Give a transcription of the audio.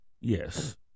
Yes